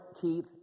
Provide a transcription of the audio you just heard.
keep